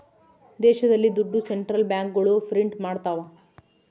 ದೇಶದಲ್ಲಿ ದುಡ್ಡು ಸೆಂಟ್ರಲ್ ಬ್ಯಾಂಕ್ಗಳು ಪ್ರಿಂಟ್ ಮಾಡ್ತವ